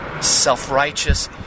self-righteous